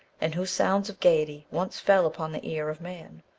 and whose sounds of gaiety once fell upon the ear of man.